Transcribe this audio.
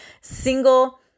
single